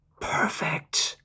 perfect